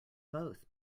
both